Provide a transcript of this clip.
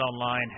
Online